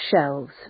shelves